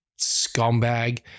scumbag